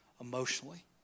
emotionally